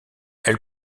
elle